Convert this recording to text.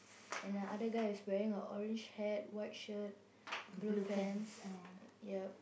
and the other guy is wearing a orange hat white shirt blue pants yup